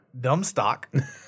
Dumbstock